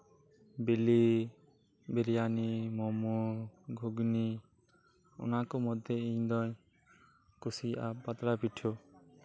ᱵᱤᱞᱤ ᱵᱤᱨᱭᱟᱱᱤ ᱢᱳᱢᱳ ᱜᱷᱩᱜᱽᱱᱤ ᱚᱱᱟ ᱠᱚ ᱢᱩᱫᱨᱮ ᱤᱧ ᱫᱚᱧ ᱠᱩᱥᱤᱭᱟᱜᱼᱟ ᱯᱟᱛᱲᱟ ᱯᱤᱴᱷᱟᱹ